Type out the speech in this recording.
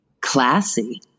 Classy